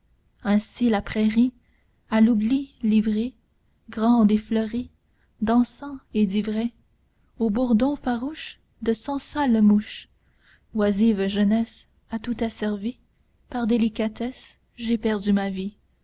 ainsi la prairie a l'oubli livrée grandie et fleurie d'encens et d'ivraies au bourdon farouche de cent sales mouches oisive jeunesse a tout asservie par délicatesse j'ai perdu ma vie